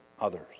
others